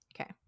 Okay